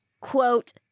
quote